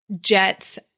Jets